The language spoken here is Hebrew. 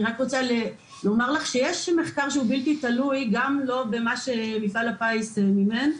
אני רק רוצה לומר לך שיש מחקר בלתי תלוי גם לא במה שמפעל הפיס מימן.